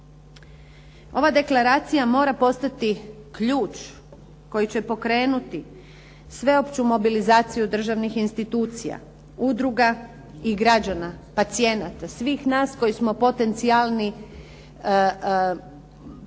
Ova deklaracija mora postati ključ koji će pokrenuti sveopću mobilizaciju državnih institucija, udruga i građana, pacijenata, svih nas koji smo potencijalni pacijenti,